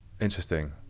Interesting